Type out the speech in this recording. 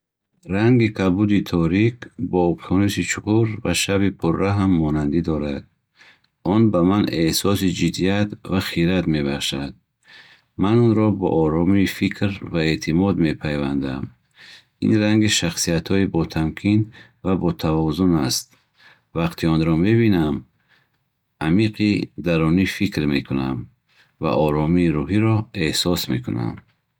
Ранги кабуди торик бо уқёнуси чуқур ва шаби пурраҳм монандӣ дорад. Он ба ман эҳсоси ҷиддият ва хирад мебахшад. Ман онро бо оромии фикр ва эътимод мепайвандам. Ин ранги шахсиятҳои ботамкин ва ботавозун аст. Вақте онро мебинам, амиқи дарунӣ фикр мекунам ва оромии руҳиро эҳсос мекунам.